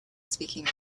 speaking